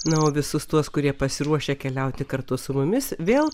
na o visus tuos kurie pasiruošę keliauti kartu su mumis vėl